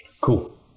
Cool